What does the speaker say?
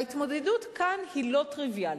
ההתמודדות כאן היא לא טריוויאלית.